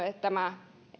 että tämä